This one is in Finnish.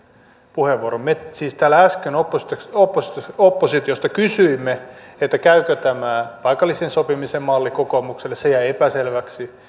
puheenvuoron me siis täällä äsken oppositiosta oppositiosta kysyimme käykö tämä paikallisen sopimisen malli kokoomukselle se jäi epäselväksi